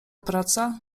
praca